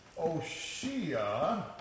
Oshia